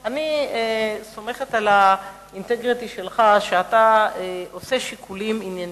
אני סומכת על האינטגריטי שלך שאתה עושה שיקולים ענייניים,